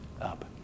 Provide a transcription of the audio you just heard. up